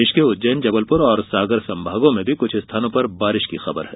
प्रदेश के उज्जैन जबलपुर और सागर संभागों में भी कुछ स्थानों पर बारिश की खबर है